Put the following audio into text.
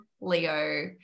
Leo